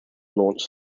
launch